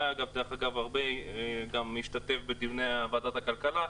דרך אגב, הוא היה רבה משתתף בדיוני ועדת הכלכלה.